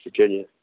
Virginia